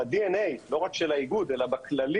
בדי.אן.איי לא רק של האיגוד אלא בכללי,